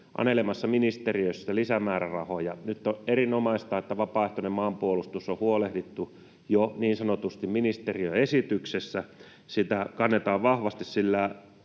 anelemassa ministeriöstä lisämäärärahoja. Nyt on erinomaista, että vapaaehtoinen maanpuolustus on huolehdittu jo niin sanotusti ministeriön esityksessä. Sitä kannatetaan vahvasti,